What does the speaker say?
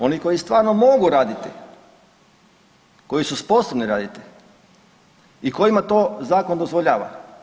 Oni koji stvarno mogu raditi, koji su sposobni raditi i kojima to zakon dozvoljava.